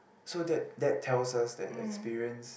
so that that tells us that experience